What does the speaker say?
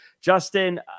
justin